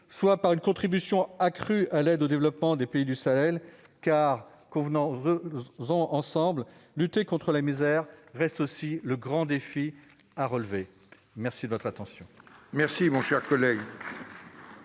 soit par une contribution accrue à l'aide au développement des pays du Sahel. En effet, convenons-en ensemble, lutter contre la misère reste aussi le grand défi à relever. La parole est